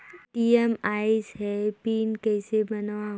ATM आइस ह pin कइसे बनाओ?